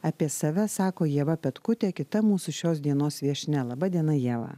apie save sako ieva petkutė kita mūsų šios dienos viešnia laba diena ieva